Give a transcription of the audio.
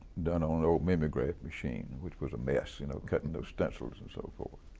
done on an old mimeograph machine, which was a mess you know cutting those stencils and so forth.